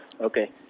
Okay